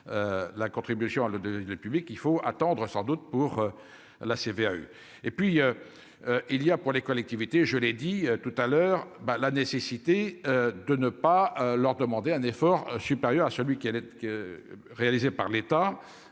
la contribution à le de le public, il faut attendre sans doute pour la CVAE et puis il y a pour les collectivités, je l'ai dit tout à l'heure, ben la nécessité de ne pas leur demander un effort supérieur à celui qui allait être réalisée par l'État